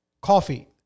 coffee